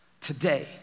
Today